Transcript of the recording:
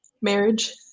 Marriage